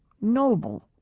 noble